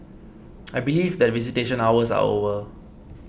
I believe that visitation hours are over